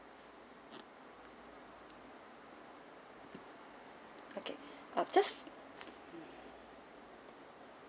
okay uh just mm